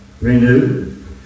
renewed